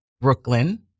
Brooklyn